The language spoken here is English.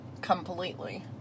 completely